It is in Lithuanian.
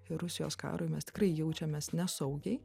ir rusijos karui mes tikrai jaučiamės nesaugiai